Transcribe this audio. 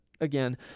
again